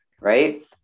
right